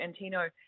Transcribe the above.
Antino